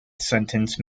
sentence